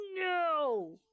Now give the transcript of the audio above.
no